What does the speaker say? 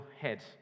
head